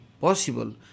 possible